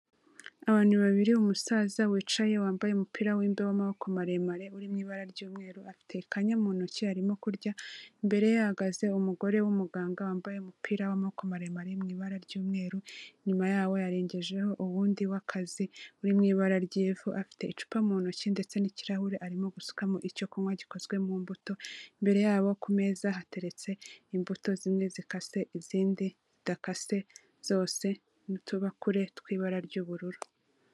Abantu babibiri umusaza wicaye wambaye umupira w'imbeho w'amaboko maremare uri mu ibara ry'umweru afite ikanya mu noki arimo kurya. Imbereye hahagaze umugore w'umuganga wambaye umupira w'amaboko maremare mu ibara ry'umweru inyuma yawo yarengejeho uwundi w'akazi uri mu ibara ryivu afite icupa mu ntoki ndetse n'ikirahure arimo gusukamo icyo kunywa gikozwe mu mbuto. Imbere yebo kumeza hateretse imbuto zimwe zikase izindi zidakase zose n'utubakure tw'ibara ry'ubururu.